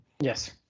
Yes